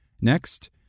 Next